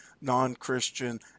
non-Christian